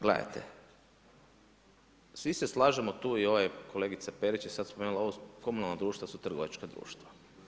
Gledajte, svi se slažemo tu i kolegica Perić, je sad spomenula, ova komunalna društva su trgovačka društva.